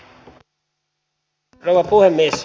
arvoisa rouva puhemies